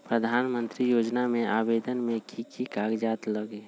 प्रधानमंत्री योजना में आवेदन मे की की कागज़ात लगी?